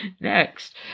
Next